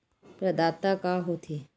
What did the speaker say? प्रदाता का हो थे?